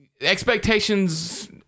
expectations